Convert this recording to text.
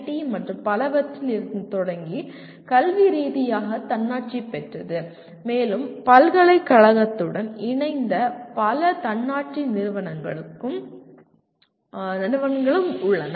D மற்றும் பலவற்றிலிருந்து தொடங்கி கல்வி ரீதியாக தன்னாட்சி பெற்றது மேலும் பல்கலைக்கழகத்துடன் இணைந்த பல தன்னாட்சி நிறுவனங்களும் உள்ளன